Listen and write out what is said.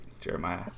Jeremiah